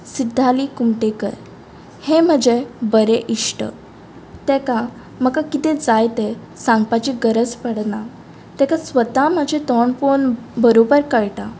सिद्धाली कुंगटेकर हें म्हजें बरें इश्ट तेका म्हका कितें जाय तें सांगपाची गरज पडना तेका स्वता म्हाजें तोंड पोवन बरोबर कळटा